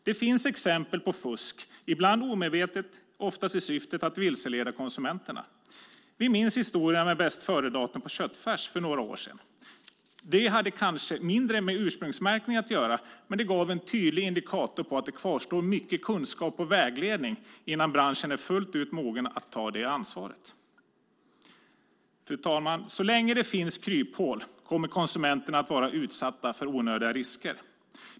Det finns exempel på fusk, ibland omedvetet, oftast i syftet att vilseleda konsumenterna. Vi minns historierna med bästföredatum på köttfärs för några år sedan. Det hade kanske mindre med ursprungsmärkning att göra, men det var en tydlig indikator på att det kvarstår mycket kunskap och vägledning innan branschen är fullt ut mogen att ta det ansvaret. Fru talman! Så länge det finns kryphål kommer konsumenterna att vara utsatta för onödiga risker.